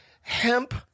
hemp